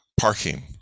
parking